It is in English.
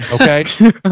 okay